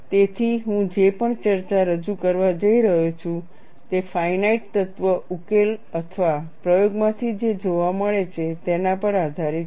તેથી હું જે પણ ચર્ચા રજૂ કરવા જઈ રહ્યો છું તે ફાઇનાઇટ તત્વ ઉકેલ અથવા પ્રયોગમાંથી જે જોવા મળે છે તેના પર આધારિત છે